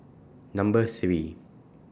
Number three